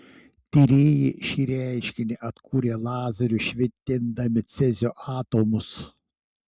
tyrėjai šį reiškinį atkūrė lazeriu švitindami cezio atomus